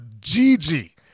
Gigi